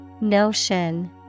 Notion